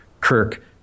Kirk